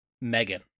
Megan